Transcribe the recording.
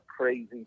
crazy